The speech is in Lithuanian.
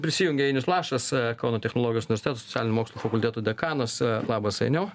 prisijungė ainius lašas kauno technologijos universiteto socialinių mokslų fakulteto dekanas labas ainiau